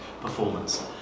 performance